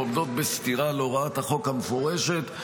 ועומדות בסתירה להוראת החוק המפורשת.